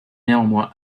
néanmoins